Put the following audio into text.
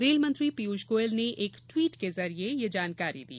rail मंत्री पीयूष गोयल ने एक ट्वीट के जरिए ये जानकारी दी